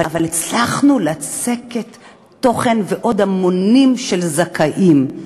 אלא הצלחנו לצקת תוכן ועוד המונים של זכאים.